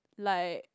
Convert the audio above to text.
like